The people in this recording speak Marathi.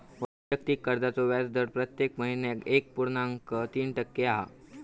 वैयक्तिक कर्जाचो व्याजदर प्रत्येक महिन्याक एक पुर्णांक तीन टक्के हा